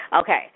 okay